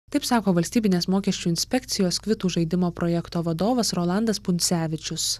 taip sako valstybinės mokesčių inspekcijos kvitų žaidimo projekto vadovas rolandas puncevičius